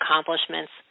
accomplishments